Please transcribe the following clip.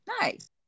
Nice